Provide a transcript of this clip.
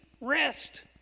rest